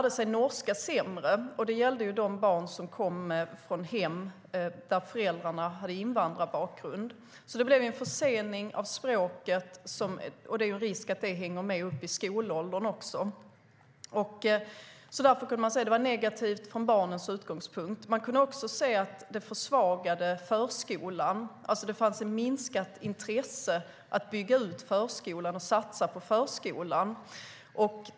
Det gällde de barn som kom från hem där föräldrarna hade invandrarbakgrund. Det blev en försening i språket, och det är risk att det hänger med upp i skolåldern. Det var alltså negativt från barnens utgångspunkt. Man kunde vidare se att det försvagade förskolan. Det fanns ett minskat intresse att bygga ut förskolan och satsa på förskolan.